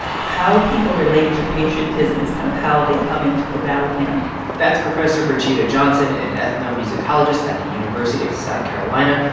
how people relate to patriotism is kind of how they come into the battle hymn that's professor birgitta johnson, an ethnomusicologist at the university of south carolina,